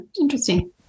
Interesting